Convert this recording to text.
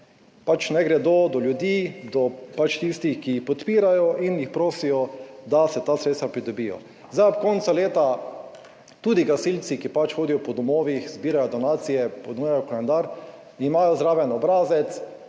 naj gredo do ljudi, do tistih, ki podpirajo in jih prosijo, da se ta sredstva pridobijo. Zdaj ob koncu leta tudi gasilci, ki hodijo po domovih, zbirajo donacije, ponujajo koledar, imajo zraven obrazec,